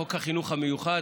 חוק החינוך המיוחד,